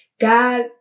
God